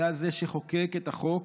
היה זה שחוקק את החוק